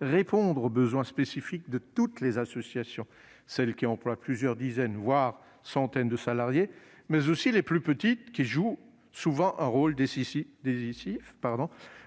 répondre aux besoins spécifiques de toutes les associations : celles qui emploient plusieurs dizaines, voire plusieurs centaines de salariés, mais aussi les plus petites, qui jouent souvent un rôle décisif